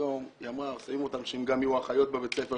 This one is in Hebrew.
היום שמים אותם שהם גם יהיו אחיות בבית ספר,